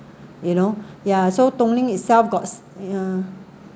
you know ya so Dong-Ling itself got ya